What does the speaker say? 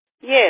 Yes